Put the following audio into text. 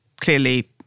clearly